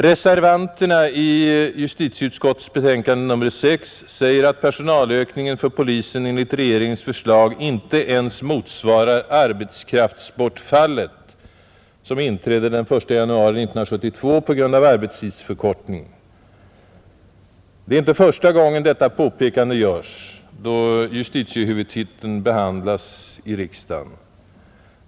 Reservanterna i justitieutskottets betänkande nr 6 säger att personalökningen för polisen enligt regeringens förslag inte ens motsvarar arbetskraftsbortfallet, som inträder den 1 januari 1972 på grund av arbetstidsförkortningen. Det är inte första gången detta påpekande görs då justitiehuvudtiteln behandlas i riksdagen.